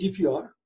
GDPR